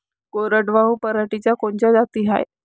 कोरडवाहू पराटीच्या कोनच्या जाती हाये?